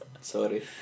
Sorry